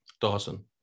Dawson